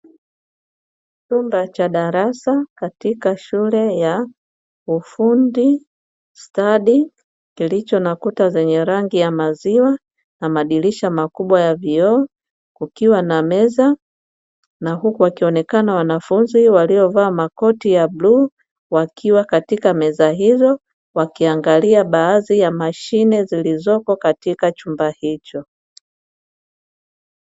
Chumba cha darasa katika shule ya ufundi stadi, kilicho na kuta za rangi ya maziwa na madirisha makubwa ya vioo, kukiwa na meza na huku wakionekana wanafunzi waliovaa makoti ya bluu, wakiwa katika meza hizo, wakiangalia baadhi ya mashine zilizopo katika chumba hicho.